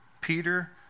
Peter